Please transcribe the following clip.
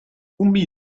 أمي